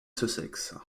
sussex